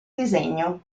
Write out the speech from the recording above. disegno